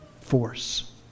force